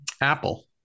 Apple